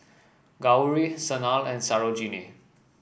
Gauri Sanal and Sarojini